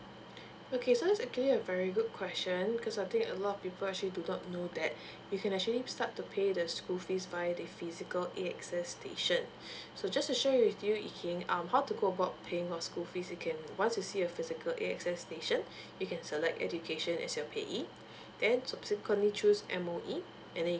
okay so it's actually a very good question because I think a lot of people actually do not know that you can actually start to pay the school fees via the physical A_X_S e station so just to share with you you can um how to go about paying your school fee you can once you see a physical A_X_S station you can select education as your payee then subsequently choose M_O_E and then you